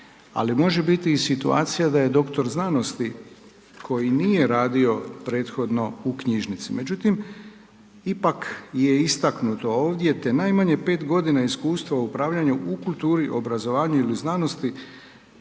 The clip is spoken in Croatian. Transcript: ali može biti i situacija da je dr. znanosti koji nije radio prethodno u knjižnici. Međutim, ipak je istaknuto ovdje te najmanje 5 godina iskustva u upravljanju u kulturi obrazovanja ili znanosti.